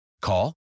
Call